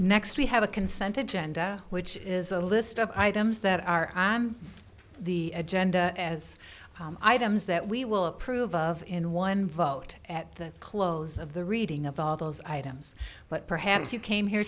next we have a consented genda which is a list of items that are on the agenda as items that we will approve of and one vote at the close of the reading of all those items but perhaps you came here